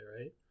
right